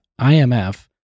IMF